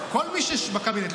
כל מי שבקבינט.